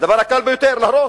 הדבר הקל ביותר: להרוס.